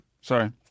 Sorry